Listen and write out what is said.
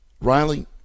Riley